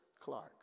Clark